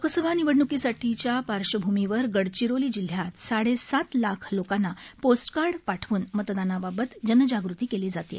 लोकसभा निवडणुकीसाठीच्या पार्श्वभूमीवर गडचिरोली जिल्ह्यात साडेसात लाख लोकांना पोस्टकार्ड पाठवून मतदानाबाबत जनजागृती केली जात आहे